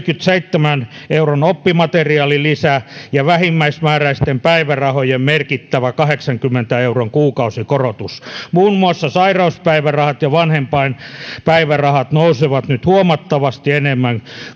neljänkymmenenseitsemän euron oppimateriaalilisä ja vähimmäismääräisten päivärahojen merkittävä kahdeksankymmenen euron kuukausikorotus muun muassa sairauspäivärahat ja vanhempainpäivärahat nousevat nyt huomattavasti enemmän